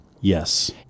Yes